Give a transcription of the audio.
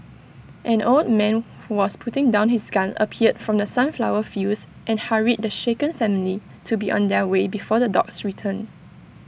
an old man who was putting down his gun appeared from the sunflower fields and hurried the shaken family to be on their way before the dogs return